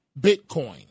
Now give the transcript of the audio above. Bitcoin